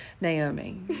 Naomi